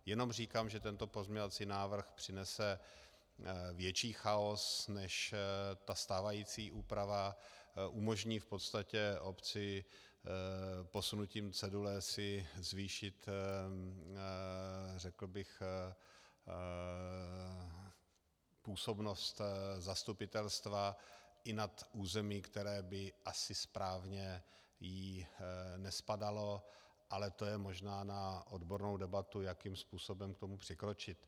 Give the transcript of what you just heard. Jenom říkám, že tento pozměňovací návrh přinese větší chaos než ta stávající úprava, umožní v podstatě obci posunutím cedule si zvýšit působnost zastupitelstva i nad území, které by asi správně jí nespadalo, ale to je možná na odbornou debatu, jakým způsobem k tomu přikročit.